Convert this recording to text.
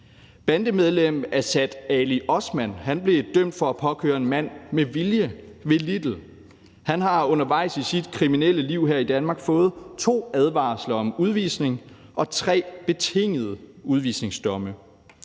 Bandemedlemmet Asad Ali Osman blev jo dømt for at påkøre en mand med vilje ved Lidl. Han har undervejs i sit kriminelle liv her i Danmark fået to advarsler om udvisning og tre betingede udvisningsdomme.